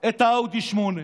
האאודי 8,